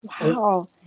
Wow